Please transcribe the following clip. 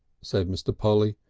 said mr. polly.